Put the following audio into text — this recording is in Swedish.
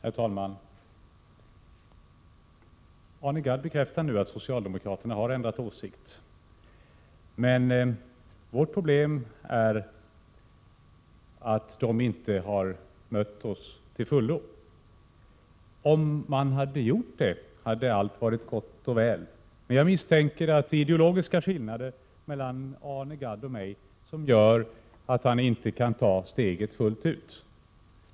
18 maj 1988 Herr talman! Arne Gadd bekräftar nu att socialdemokraterna har ändrat Am re — åsikt. Men vårt problem är att de inte helt har gått oss till mötes. Om de hade gjort det, hade allt varit gott och väl. Men jag misstänker att det är ideologiska skillnader mellan Arne Gadd och mig som gör att han inte kan ta steget fullt ut.